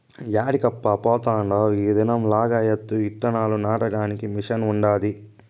యాడికబ్బా పోతాండావ్ ఈ దినం లగాయత్తు ఇత్తనాలు నాటడానికి మిషన్ ఉండాది